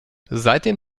seitdem